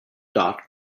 dot